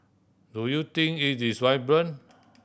do you think it is vibrant